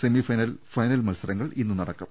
semi final final മത്സരങ്ങൾ ഇന്ന് നടക്കും